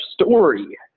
story